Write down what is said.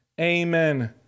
amen